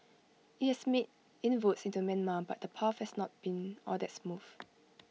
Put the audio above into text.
IT has made inroads into Myanmar but the path has not been all that smooth